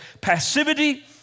Passivity